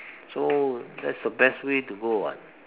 so that's the best way to go [what]